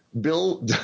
Bill